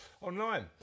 online